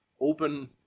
open